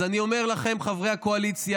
אז אני אומר לכם, חברי הקואליציה,